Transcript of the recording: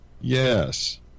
Yes